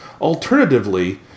Alternatively